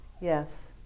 Yes